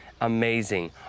amazing